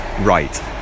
right